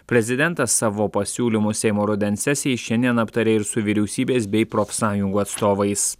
prezidentas savo pasiūlymus seimo rudens sesijai šiandien aptarė ir su vyriausybės bei profsąjungų atstovais